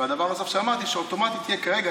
הדבר הנוסף שאמרתי הוא שאוטומטית יהיה כרגע,